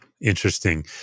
Interesting